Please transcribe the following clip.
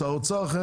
שר האוצר אחר,